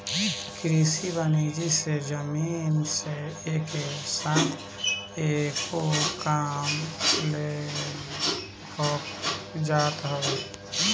कृषि वानिकी से जमीन से एके साथ कएगो काम लेहल जात हवे